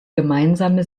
gemeinsame